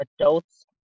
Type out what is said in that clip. adults